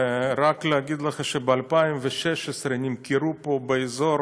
רק אגיד לך שב-2016 נמכר פה באזור